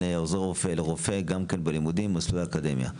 עוזר רופא לרופא גם בלימודים ובמסלולי האקדמיה.